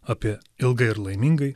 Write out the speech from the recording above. apie ilgai ir laimingai